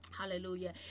Hallelujah